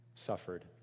suffered